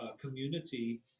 community